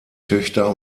töchter